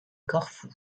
corfou